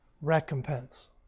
recompense